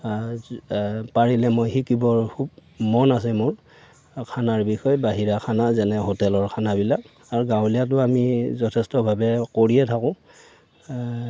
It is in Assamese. পাৰিলে মই শিকিবৰ খুব মন আছে মোৰ খানাৰ বিষয়ে বাহিৰা খানা যেনে হোটেলৰ খানাবিলাক আৰু গাঁৱলীয়াটো আমি যথেষ্টভাৱে কৰিয়ে থাকোঁ